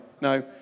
No